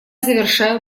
завершаю